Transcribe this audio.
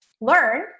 learn